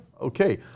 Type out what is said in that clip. Okay